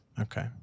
okay